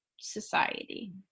society